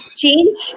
change